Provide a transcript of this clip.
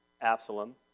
Absalom